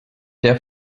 der